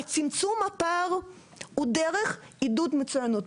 צמצום הפער הוא דרך עידוד מצוינות.